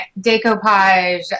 decoupage